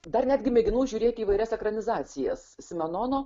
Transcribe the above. dar netgi mėginau žiūrėti įvairias ekranizacijas simenono